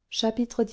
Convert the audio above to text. une grande soirée